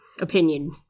opinion